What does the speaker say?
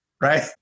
right